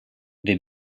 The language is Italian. the